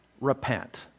repent